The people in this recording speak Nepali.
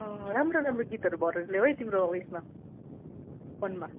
राम्रो राम्रो गीतहरू भरेर लेउ है तिम्रो उएसमा फोनमा